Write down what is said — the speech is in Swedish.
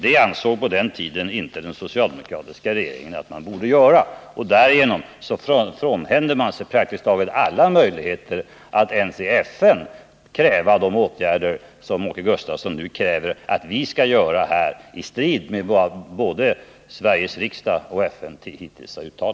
Det skulle kunna bli ett stöd i kampen mot det fruktansvärda förtryck som vi här resonerar om. Låt inte denna debatt bli en taktisk debatt! Tänk på vad det gäller, på vilka resultat som kan uppnås med ett initiativ!